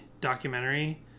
documentary